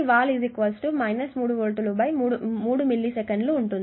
వాలు 3 వోల్టుల 3 మిల్లీసెకన్లు ఉంటుంది